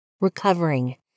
recovering